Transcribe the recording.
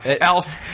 Elf